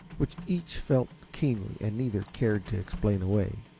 which each felt keenly and neither cared to explain away.